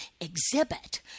exhibit